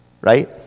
Right